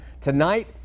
tonight